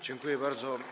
Dziękuję bardzo.